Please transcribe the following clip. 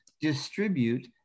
distribute